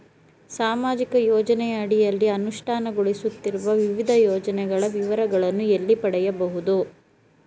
ಸಾಮಾಜಿಕ ಯೋಜನೆಯ ಅಡಿಯಲ್ಲಿ ಅನುಷ್ಠಾನಗೊಳಿಸುತ್ತಿರುವ ವಿವಿಧ ಯೋಜನೆಗಳ ವಿವರಗಳನ್ನು ಎಲ್ಲಿ ಪಡೆಯಬಹುದು?